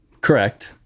Correct